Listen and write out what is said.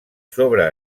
sobre